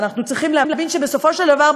אבל אנחנו צריכים להבין שבסופו של דבר,